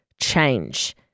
change